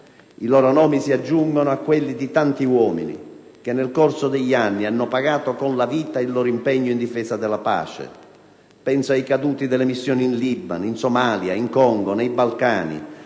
I loro nomi si aggiungono a quelli di tanti uomini che nel corso degli anni hanno pagato con la vita il loro impegno in difesa della pace. Penso ai caduti delle missioni in Libano, in Somalia, in Congo, nei Balcani,